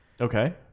Okay